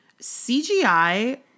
CGI